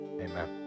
Amen